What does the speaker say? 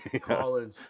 college